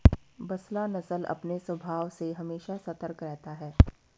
बसरा नस्ल अपने स्वभाव से हमेशा सतर्क रहता है